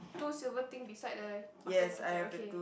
two silver thing beside the mustard the ketchup okay